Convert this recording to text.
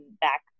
back